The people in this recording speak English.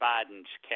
Biden's